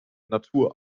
natur